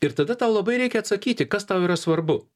ir tada tau labai reikia atsakyti kas tau yra svarbu